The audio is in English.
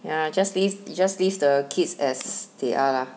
ya just leave just leave the kids as they are lah